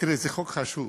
תראה, זה חוק חשוב.